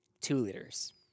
two-liters